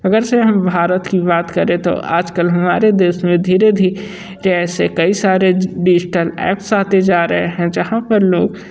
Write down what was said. अगर से हम भारत की बात करें तो आजकल हमारे देश में धीरे धी रे कैसे कई सारे डिजिटल एप्स आते जा रहे हैं जहाँ पर लोग